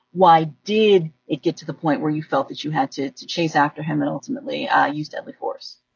why did it get to the point where you felt that you had to to chase after him and ultimately use deadly force?